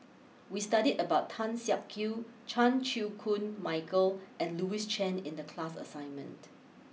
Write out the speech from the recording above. we studied about Tan Siak Kew Chan Chew Koon Michael and Louis Chen in the class assignment